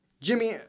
Jimmy